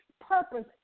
purpose